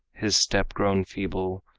his step grown feeble,